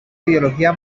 biología